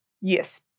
Yes